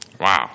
Wow